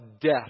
death